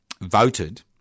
voted